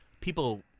people